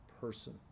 person